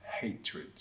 hatred